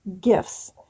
gifts